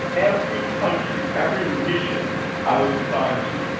every country, every mission i was assigned to,